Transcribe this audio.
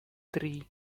три